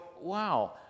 wow